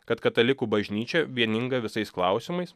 kad katalikų bažnyčia vieninga visais klausimais